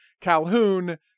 Calhoun